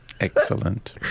Excellent